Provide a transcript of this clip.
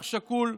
אח שכול.